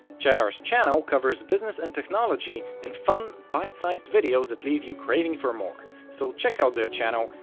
cheddar's channel covers business and technology in fun bite-sized videos that leave you craving for more so check out their channel,